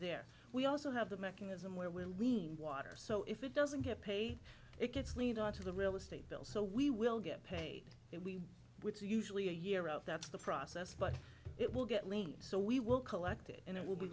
there we also have the mechanism where will we water so if it doesn't get paid it gets lead on to the real estate bill so we will get paid we which is usually a year out that's the process but it will get lean so we will collect it and it will be